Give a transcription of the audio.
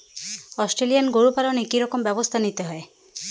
Australian গরু পালনে কি রকম ব্যবস্থা নিতে হয়?